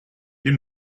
you